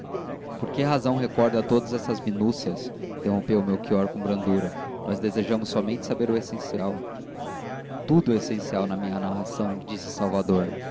por que razão recorda todas essas minúcias interrompeu melchior com brandura nós desejamos somente saber o essencial tudo é essencial na minha narração disse salvador